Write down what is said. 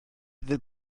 fydd